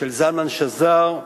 של זלמן שזר,